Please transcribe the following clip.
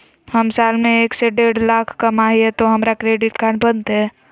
हम साल में एक से देढ लाख कमा हिये तो हमरा क्रेडिट कार्ड बनते?